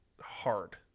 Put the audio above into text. hard